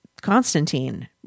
Constantine